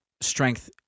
strength